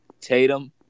Tatum